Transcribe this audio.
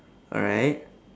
alright